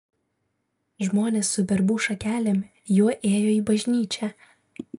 žmonės su verbų šakelėm juo ėjo į bažnyčią